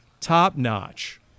top-notch